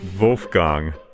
Wolfgang